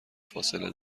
فاصله